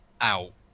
out